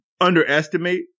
underestimate